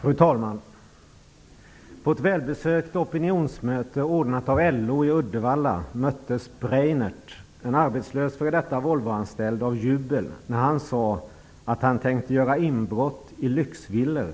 Fru talman! På ett välbesökt opinionsmöte, ordnat av LO i Uddevalla, möttes Breinert -- en arbetslös f.d. Volvoanställd -- av jubel när han sade att han tänkte göra inbrott i lyxvillor